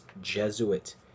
Jesuit